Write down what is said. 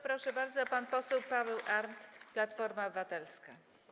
Proszę bardzo, pan poseł Paweł Arndt, Platforma Obywatelska.